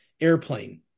Airplane